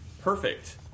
perfect